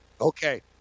Okay